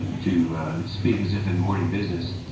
to speak as if in morning business,